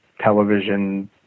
television